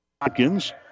Watkins